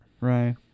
Right